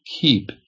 keep